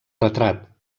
retrat